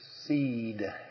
seed